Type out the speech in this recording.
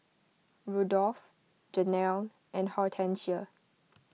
Rudolf Janell and Hortencia